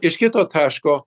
iš kito taško